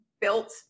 built